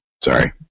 Sorry